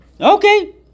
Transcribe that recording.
okay